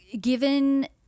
given